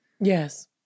Yes